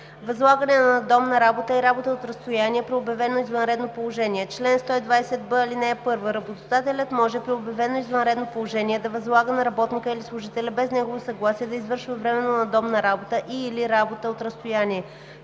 „Възлагане на надомна работа и работа от разстояние при обявено извънредно положение Чл. 1206. (1) Работодателят може при обявено извънредно положение да възлага на работника или служителя без негово съгласие да извършва временно надомна работа и/или работа от разстояние.